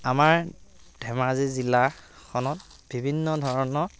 আমাৰ ধেমাজি জিলাখনত বিভিন্ন ধৰণৰ